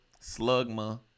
slugma